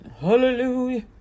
Hallelujah